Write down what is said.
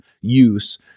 use